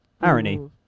Irony